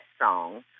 song